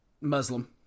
Muslim